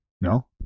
No